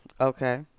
Okay